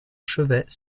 chevet